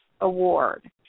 Award